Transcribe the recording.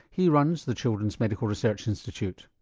he runs the children's medical research institute.